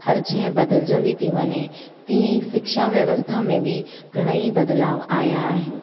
हर शइ बदलजंदी थी वञे तीअं ई शिक्षा व्यवस्था में बि घणेई बदलाव आया आहिनि